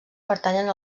pertanyen